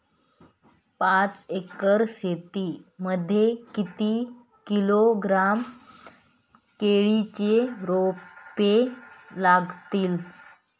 पाच एकर शेती मध्ये किती किलोग्रॅम केळीची रोपे लागतील?